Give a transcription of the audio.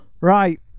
Right